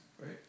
right